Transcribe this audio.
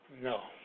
No